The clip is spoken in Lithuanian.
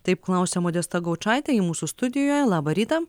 taip klausia modesta gaučaitė ji mūsų studijoje labą rytą